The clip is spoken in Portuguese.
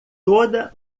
toda